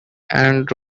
and